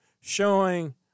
showing